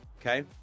Okay